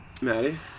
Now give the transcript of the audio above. Maddie